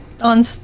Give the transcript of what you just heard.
on